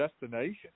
destination